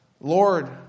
Lord